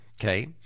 Okay